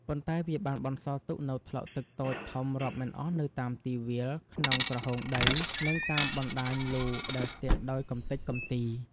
ប៉ុន្តែវាបានបន្សល់ទុកនូវថ្លុកទឹកតូចធំរាប់មិនអស់នៅតាមទីវាល ក្នុងក្រហូងដី និងតាមបណ្តាញលូដែលស្ទះដោយកម្ទេចកម្ទី។